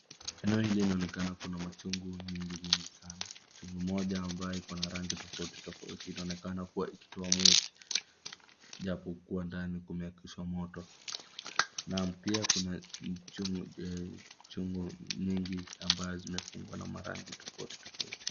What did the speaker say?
Eneo hili linaonekana kuna machungu nyingi nyingi sana, chungu moja ambaye iko na rangi tofauti tofauti inaonekana ikitoa moshi japo kuwa ndani kumewakishwa moto naam pia kuna chungu mengi ambazo zimefungwa na marangi tofautitofauti.